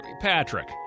Patrick